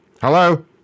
Hello